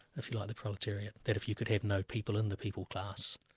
if you like, the proletariat, that if you could have no people in the people class,